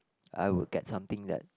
I would get something that